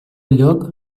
lloc